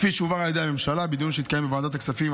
כפי שהובהר על ידי הממשלה בדיון שהתקיים בוועדת הכספים,